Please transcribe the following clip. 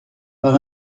par